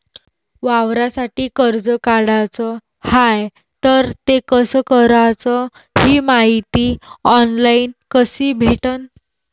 वावरासाठी कर्ज काढाचं हाय तर ते कस कराच ही मायती ऑनलाईन कसी भेटन?